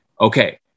okay